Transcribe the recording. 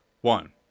one